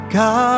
God